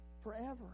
Forever